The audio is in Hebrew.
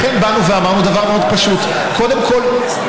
לכן באנו ואמרנו דבר מאוד פשוט: קודם כול,